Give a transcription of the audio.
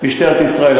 משטרת ישראל,